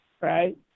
right